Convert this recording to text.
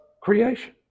creation